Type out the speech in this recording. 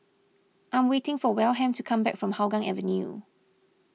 I'm waiting for Wilhelm to come back from Hougang Avenue